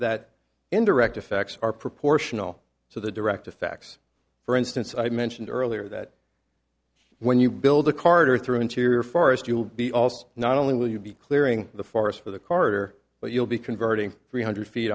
that indirect effects are proportional to the direct effects for instance i mentioned earlier that when you build a carter through interior forest you will be also not only will you be clearing the forest for the corridor but you'll be converting three hundred feet